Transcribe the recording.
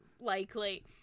likely